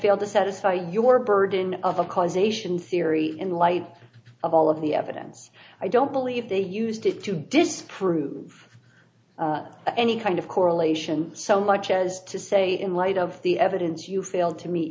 failed to satisfy your burden of a causation theory in light of all of the evidence i don't believe they used it to disprove any kind of correlation so much as to say in light of the evidence you failed to meet